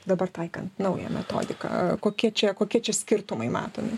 dabar taikant naują metodiką kokie čia kokie čia skirtumai matomi